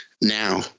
now